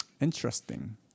Interesting